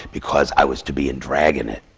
because i was to be in drag in it,